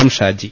M Shaji